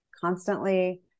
constantly